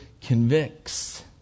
convicts